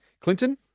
Clinton